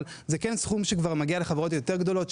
אבל זה סכום שכבר מגיע לחברות יותר גדולות,